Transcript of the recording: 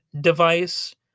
device